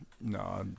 no